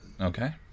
Okay